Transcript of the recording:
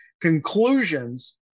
conclusions